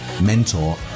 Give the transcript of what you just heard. mentor